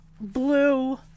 blue